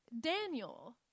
Daniel